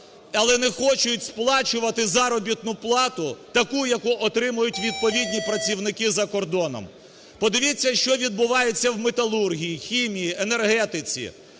але не хочуть сплачувати заробітну плату таку, яку отримують відповідні працівники за кордоном. Подивіться, що відбувається в металургії, хімії, енергетиці,